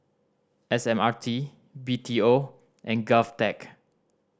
S M R T B T O and GovTech